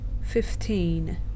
fifteen